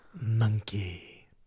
Monkey